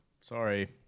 Sorry